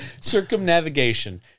Circumnavigation